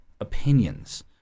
opinions